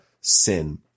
sin